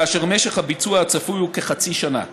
כאשר משך הביצוע הצפוי הוא כחצי שנה.